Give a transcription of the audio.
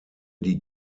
die